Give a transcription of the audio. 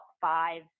five